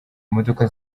imodoka